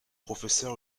professeur